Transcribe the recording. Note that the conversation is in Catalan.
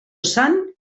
sant